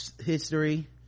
history